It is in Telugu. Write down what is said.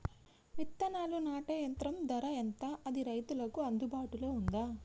విత్తనాలు నాటే యంత్రం ధర ఎంత అది రైతులకు అందుబాటులో ఉందా?